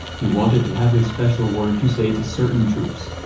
he wanted to have a special word to say to certain troops.